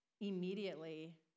immediately